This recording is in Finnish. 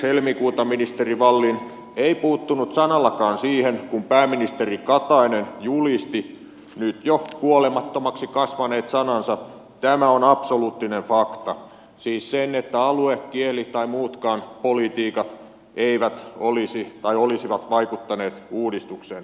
helmikuuta ministeri wallin ei puuttunut sanallakaan siihen kun pääministeri katainen julisti nyt jo kuolemattomiksi kasvaneet sanansa tämä on absoluuttinen fakta siis se että alue kieli tai muutkaan politiikat eivät olisi vaikuttaneet uudistukseen